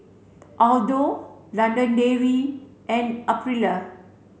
Aldo London Dairy and Aprilia